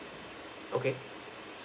okay